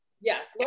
Yes